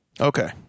Okay